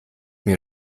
mir